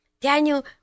Daniel